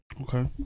Okay